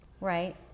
Right